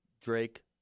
Drake